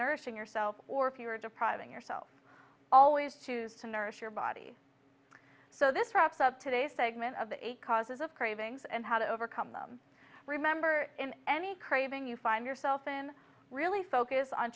nourishing yourself or if you are depriving yourself always choose to nourish your body so this process up today segment of the causes of cravings and how to overcome them remember in any craving you find yourself in really focus on